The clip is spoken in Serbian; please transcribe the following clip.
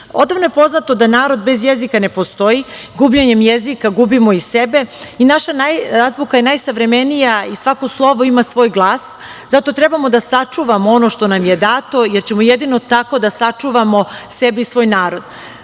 služi. Odavno je poznato da narod bez jezika ne postoji. Gubljenjem jezika gubimo i sebe. I naša azbuka je najsavremenija i svako slovo ima svoj glas. Zato trebamo da sačuvamo ono što nam je dato, jer ćemo jedino tako da sačuvamo sebe i svoj narod. Moramo